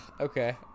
Okay